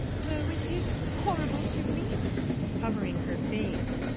oh, it is horrible to me covering her face.